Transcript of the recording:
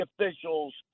officials